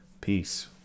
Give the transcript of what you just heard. peace